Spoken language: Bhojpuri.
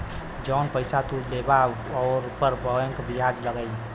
जौन पइसा तू लेबा ऊपर बैंक बियाज लगाई